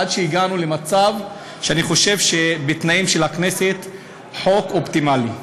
עד שהגענו למצב שאני חושב שבתנאים של הכנסת זה חוק אופטימלי.